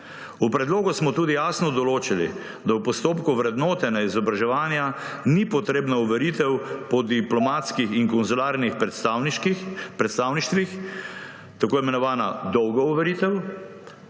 V predlogu smo tudi jasno določili, da v postopku vrednotenja izobraževanja ni potrebna overitev po diplomatskih in konzularnih predstavništvih, tako imenovana dolga overitev,